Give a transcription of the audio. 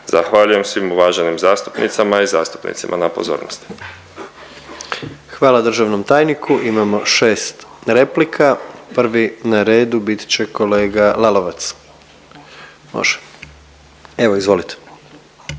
Zahvaljujem svim uvaženim zastupnicama i zastupnicima na pozornosti. **Jandroković, Gordan (HDZ)** Hvala državnom tajniku. Imamo 6 replika, prvi na redu bit će kolega Lalovac. Može, evo izvolite.